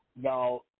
Now